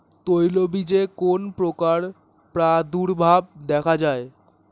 তৈলবীজে কোন পোকার প্রাদুর্ভাব দেখা যায়?